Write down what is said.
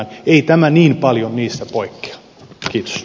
ei tämä niin paljon niistä poikkea